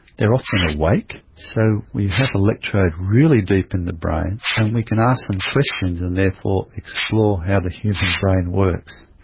they are often awake, so we have electrodes really deep in the brain and we can ask them questions and therefore explore how the human brain works,